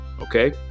okay